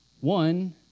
one